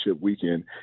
weekend